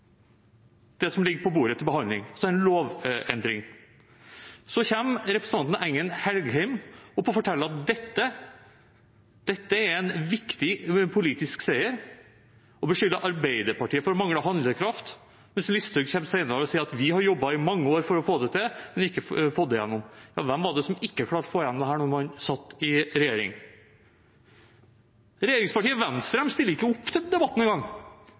det som ligger på bordet til behandling, som er en lovendring. Så kommer representanten Engen-Helgheim opp og forteller at dette er en viktig politisk seier, og beskylder Arbeiderpartiet for manglende handlekraft, mens Listhaug kommer senere og sier at vi har jobbet i mange år for å få det til, men ikke fått det igjennom. Ja, hvem var det som ikke klarte å få igjennom dette da man satt i regjering? Regjeringspartiet Venstre stiller ikke engang opp i debatten,